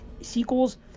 sequels